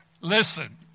Listen